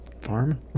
farm